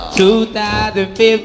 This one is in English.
2015